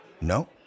No